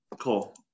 Cool